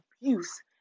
abuse